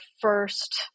first